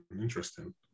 interesting